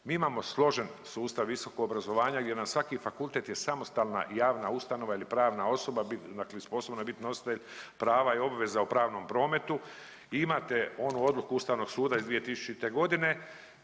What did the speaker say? Mi imamo složen sustav visokog obrazovanja gdje nam svaki fakultet je samostalna javna ustanova ili pravna osoba, dakle sposobna je bit nositelj prava i obveza u pravnom prometu. I imate onu odluku Ustavnog suda iz 2000. godine